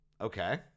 Okay